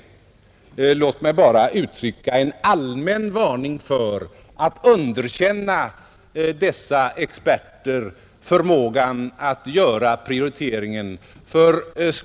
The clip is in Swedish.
Låt mig då bara uttrycka en allmän varning för att frånkänna dessa experter förmåga att göra den prioriteringen.